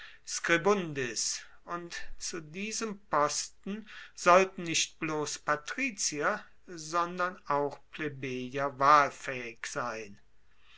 und zu diesem posten sollten nicht bloss patrizier sondern auch plebejer wahlfaehig sein